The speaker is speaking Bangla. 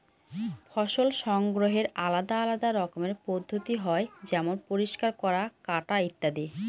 ফসল সংগ্রহের আলাদা আলদা রকমের পদ্ধতি হয় যেমন পরিষ্কার করা, কাটা ইত্যাদি